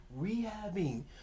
rehabbing